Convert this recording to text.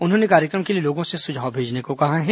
उन्होंने कार्यक्रम के लिए लोगों से सुझाव भेजने को कहा है